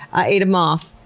i ate a moth.